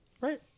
Right